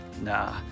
nah